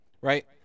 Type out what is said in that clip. right